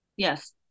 Yes